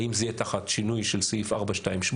האם זה יהיה תחת שינוי של סעיף 428,